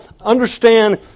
understand